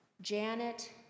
Janet